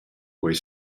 quei